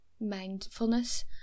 mindfulness